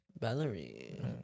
Valerie